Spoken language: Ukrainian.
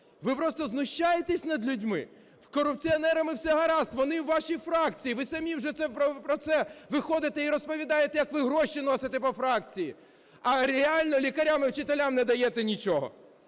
Ви просто знущаєтесь над людьми! З корупціонерами все гаразд, вони у вашій фракції, ви самі вже про це виходите і розповідаєте, як ви гроші носите по фракції. А реально лікарям і вчителям не даєте нічого.